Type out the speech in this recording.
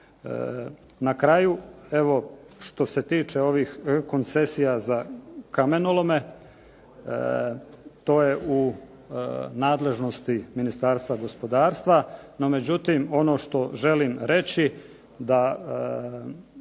Na kraju, što se tiče ovih koncesija za kamenolome to je u nadležnosti Ministarstva gospodarstva. No međutim, ono što želim reći da